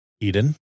Eden